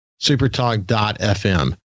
Supertalk.fm